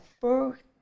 first